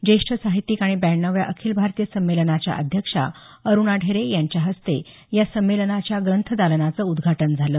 ज्येष्ठ साहित्यिक आणि ब्याण्णवाव्या आखिल भारतीय संमेलनाच्या अध्यक्षा अरूणा ढेरे यांच्या हस्ते या संमेलनाच्या ग्रंथ दालनाचं उदघाटन झालं